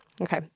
Okay